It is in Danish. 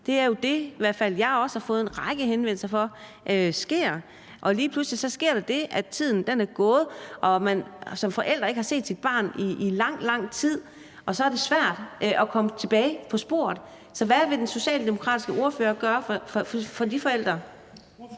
i hvert fald også har fået en række henvendelser om sker. Og lige pludselig sker der det, at tiden er gået, og at man som forælder ikke har set sit barn i lang, lang tid, og så er det svært at komme tilbage på sporet. Så hvad vil den socialdemokratiske ordfører gøre for de forældre? Kl.